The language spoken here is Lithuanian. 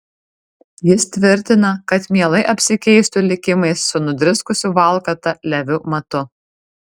jis tvirtina kad mielai apsikeistų likimais su nudriskusiu valkata leviu matu